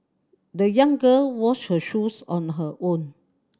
the young girl washed her shoes on her own